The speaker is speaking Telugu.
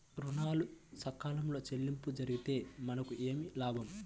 ఋణాలు సకాలంలో చెల్లింపు జరిగితే మనకు ఏమి లాభం?